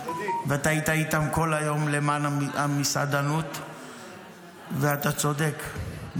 והיית איתם כל היום למען המסעדנות ואתה צודק,